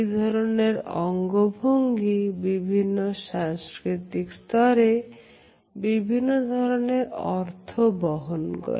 এই ধরনের অঙ্গভঙ্গি বিভিন্ন সাংস্কৃতিক স্তরে বিভিন্ন ধরনের অর্থ বহন করে